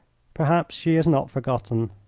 perhaps she has not forgotten.